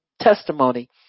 testimony